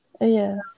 Yes